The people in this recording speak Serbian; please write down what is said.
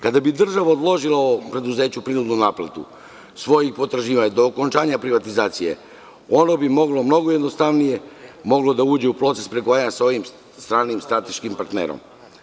Kada bi država odložila ovom preduzeću prinudnu naplatu svojih potraživanja do okončanja privatizacije ono bi moglo mnogo jednostavnije da uđe u proces pregovaranja sa ovim stranim strateškim partnerom.